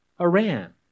Iran